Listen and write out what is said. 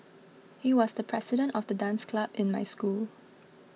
he was the president of the dance club in my school